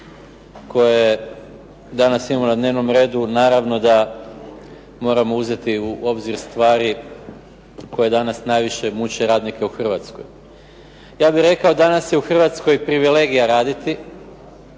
koje danas imamo na dnevnom redu, naravno da moramo uzeti u obzir stvari koje danas najviše muče radnike u Hrvatskoj. Ja bih rekao da je danas u Hrvatskoj privilegija raditi,